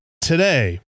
today